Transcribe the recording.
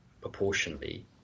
proportionally